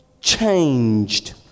changed